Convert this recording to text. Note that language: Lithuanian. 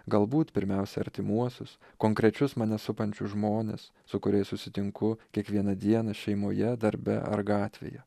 galbūt pirmiausia artimuosius konkrečius mane supančius žmones su kuriais susitinku kiekvieną dieną šeimoje darbe ar gatvėje